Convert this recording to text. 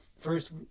first